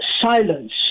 silence